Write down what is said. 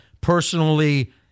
personally